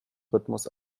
rhythmus